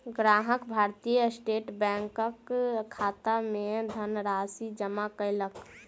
ग्राहक भारतीय स्टेट बैंकक खाता मे धनराशि जमा कयलक